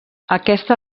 aquesta